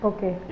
Okay